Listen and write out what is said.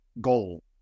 goal